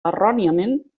erròniament